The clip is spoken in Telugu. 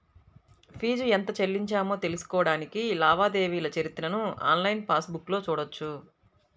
ఫీజు ఎంత చెల్లించామో తెలుసుకోడానికి లావాదేవీల చరిత్రను ఆన్లైన్ పాస్ బుక్లో చూడొచ్చు